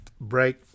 break